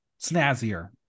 snazzier